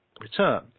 return